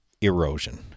erosion